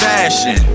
Fashion